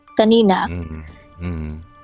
Tanina